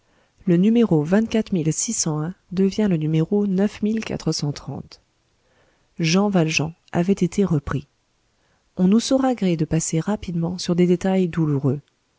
le numéro devient le numéro jean valjean avait été repris on nous saura gré de passer rapidement sur des détails douloureux